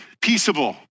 peaceable